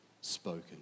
spoken